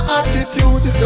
attitude